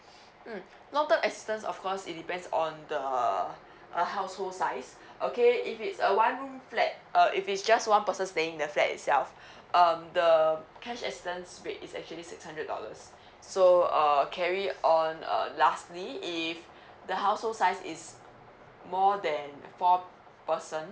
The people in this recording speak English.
mm long term assistance of course it depends on the uh household size okay if it's a one room flat uh if it's just one person staying in the flat itself um the cash assistance rate is actually six hundred dollars so uh carry on uh lastly if the household size is more than four person